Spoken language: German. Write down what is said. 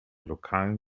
lokalen